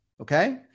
okay